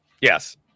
Yes